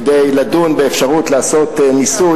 כדי לדון באפשרות לעשות ניסוי,